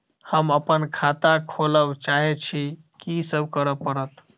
हम अप्पन खाता खोलब चाहै छी की सब करऽ पड़त?